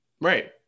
Right